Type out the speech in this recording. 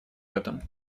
этом